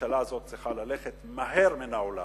הממשלה הזאת צריכה ללכת מהר מן עולם.